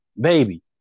baby